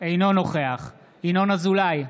אינו נוכח ינון אזולאי,